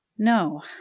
No